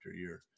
year